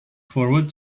forward